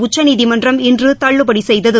உச்சநீதிமன்றம் இன்று தள்ளுபடி செய்தது